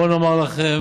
בואו נאמר לכם,